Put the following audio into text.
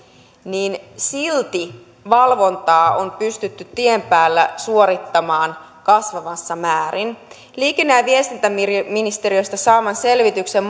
niin silti valvontaa on pystytty tien päällä suorittamaan kasvavassa määrin liikenne ja viestintäministeriöstä saadun selvityksen